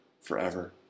forever